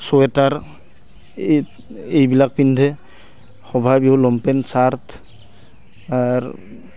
sweater এই এইবিলাক পিন্ধে সভা বিহু লংপেণ্ট চাৰ্ট আৰু